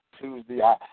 Tuesday